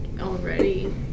already